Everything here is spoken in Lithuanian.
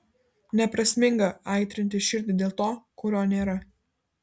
neprasminga aitrinti širdį dėl to kurio nėra